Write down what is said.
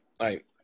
Right